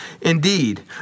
Indeed